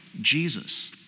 Jesus